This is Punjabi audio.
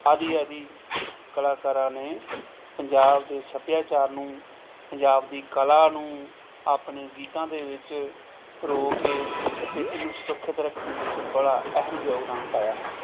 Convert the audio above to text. ਆਦਿ ਆਦਿ ਕਲਾਕਾਰਾਂ ਨੇ ਪੰਜਾਬ ਦੇ ਸੱਭਿਆਚਾਰ ਨੂੰ ਪੰਜਾਬ ਦੀ ਕਲਾ ਨੂੰ ਆਪਣੇ ਗੀਤਾਂ ਦੇ ਵਿੱਚ ਪਰੋ ਕੇ ਅਤੇ ਇਹਨੂੰ ਸੁਰੱਖਿਅਤ ਰੱਖਣ ਵਿੱਚ ਬੜਾ ਅਹਿਮ ਯੋਗਦਾਨ ਪਾਇਆ ਹੈ